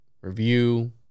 review